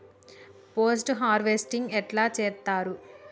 Post harvesting ఎట్ల చేత్తరు?